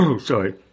Sorry